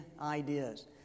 ideas